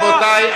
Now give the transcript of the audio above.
רבותי,